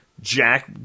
Jack